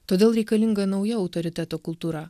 todėl reikalinga nauja autoriteto kultūra